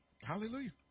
Hallelujah